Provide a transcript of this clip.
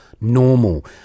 normal